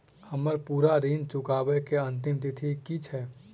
हम्मर पूरा ऋण चुकाबै केँ अंतिम तिथि की छै?